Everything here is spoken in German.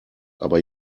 aber